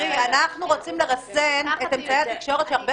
אנחנו רוצים לרסן את אמצעי התקשורת שהרבה